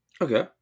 Okay